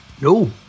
no